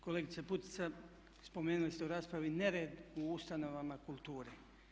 Kolegice Putica, spomenuli ste u raspravi nered u ustanovama kulture.